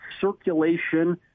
circulation